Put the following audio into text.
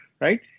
right